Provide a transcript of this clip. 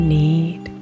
need